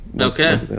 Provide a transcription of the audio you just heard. Okay